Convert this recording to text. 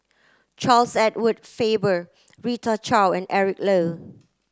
Charles Edward Faber Rita Chao and Eric Low